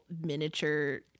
miniature